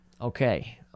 okay